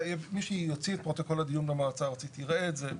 מי שיוציא את פרוטוקול הדיון במועצה הארצית יראה את זה.